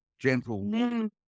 gentle